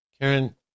Karen